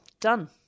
done